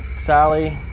sallie,